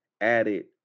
added